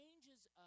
changes